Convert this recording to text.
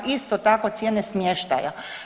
Isto tako cijene smještaja.